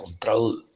control